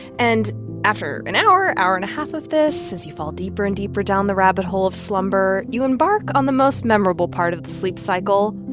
and after an hour, hour and a half of this, as you fall deeper and deeper down the rabbit hole of slumber, you embark on the most memorable part of the sleep cycle,